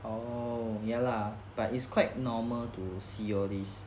oh ya lah but it's quite normal to see all these